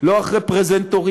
לא אחרי פרזנטורים,